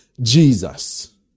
Jesus